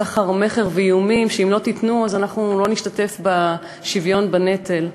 סחר-מכר ואיומים: אם לא תיתנו אז אנחנו לא נשתתף בשוויון בנטל.